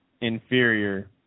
inferior